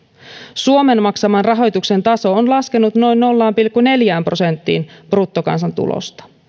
suomen maksaman rahoituksen taso on laskenut noin nolla pilkku neljään prosenttiin bruttokansantulosta